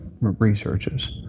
researches